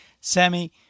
Sammy